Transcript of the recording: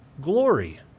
glory